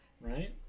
Right